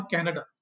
Canada